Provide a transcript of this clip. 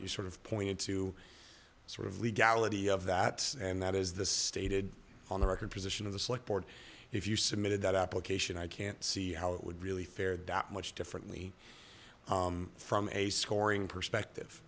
you sort of pointed to sort of legality of that and that is the stated on the record position of the select board if you submitted that application i can't see how it would really fared out much differently from a scoring perspective